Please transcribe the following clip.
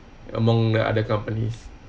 among the other companies